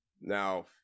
Now